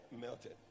melted